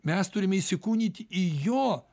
mes turime įsikūnyt į jo